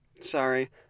Sorry